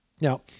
Now